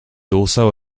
also